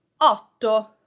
Otto